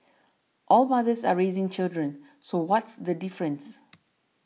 all mothers are raising children so what's the difference